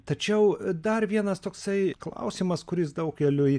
tačiau dar vienas toksai klausimas kuris daugeliui